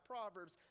Proverbs